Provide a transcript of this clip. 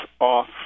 off